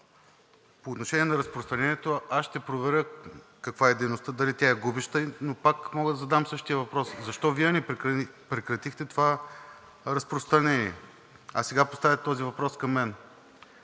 По отношение на разпространението аз ще проверя каква е дейността, дали тя е губеща, но пак мога да задам същия въпрос – защо Вие не прекратихте това разпространение, а сега поставяте този въпрос към мен?